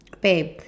babe